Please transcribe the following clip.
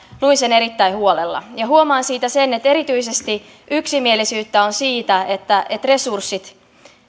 sen erittäin huolella huomaan siitä sen että erityisesti yksimielisyyttä on siitä että että resurssit